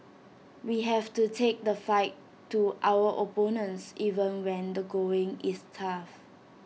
we have to take the fight to our opponents even when the going is tough